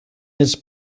its